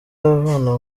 abana